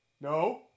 no